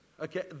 Okay